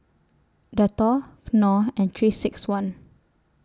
Dettol Knorr and three six one